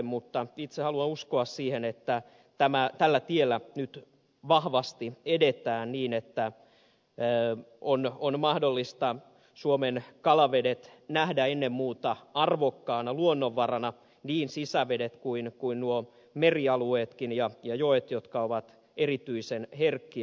mutta itse haluan uskoa siihen että tällä tiellä nyt vahvasti edetään niin että on mahdollista suomen kalavedet nähdä ennen muuta arvokkaana luonnonvarana niin sisävedet kuin nuo merialueetkin ja joet jotka ovat erityisen herkkiä